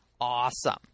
Awesome